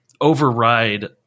override